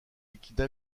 liquides